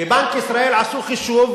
בבנק ישראל עשו חישוב